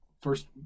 first